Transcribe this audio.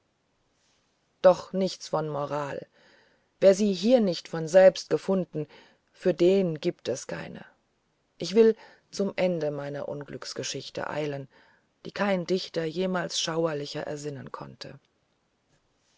doch nichts von moral wer sie hier nicht von selbst gefunden hat für den gibt es keine ich will zum ende meiner unglücksgeschichte eilen die kein dichter jemals schauerlicher ersinnen konnte